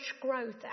growth